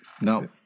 No